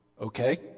okay